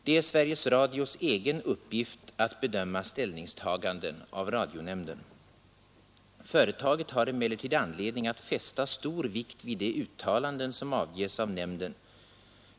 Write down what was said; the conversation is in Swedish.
Det är Sveriges Radios egen uppgift att bedöma ställningstaganden av radionämnden. Företaget har emellertid anledning att fästa stor vikt vid de uttalanden som avges av nämnden.